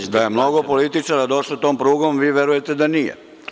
Ja kažem da je mnogo političara došlo tom prugom, a vi verujete da nije.